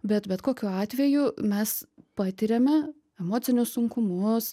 bet bet kokiu atveju mes patiriame emocinius sunkumus